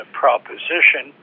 proposition